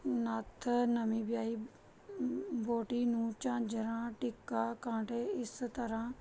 ਨੱਥ ਨਵੀਂ ਵਿਆਹੀ ਵਹੁਟੀ ਨੂੰ ਝਾਂਜਰਾਂ ਟਿੱਕਾ ਕਾਂਟੇ ਇਸ ਤਰ੍ਹਾਂ